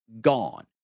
gone